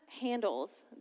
handles